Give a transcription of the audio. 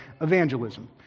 Evangelism